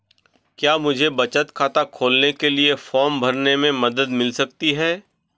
क्या मुझे बचत खाता खोलने के लिए फॉर्म भरने में मदद मिल सकती है?